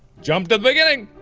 jumped the beginning,